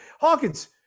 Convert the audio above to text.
Hawkins